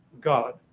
God